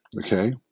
okay